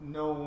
no